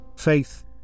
faith